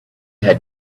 had